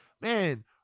Man